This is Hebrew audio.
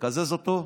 לקזז אותו,